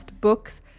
books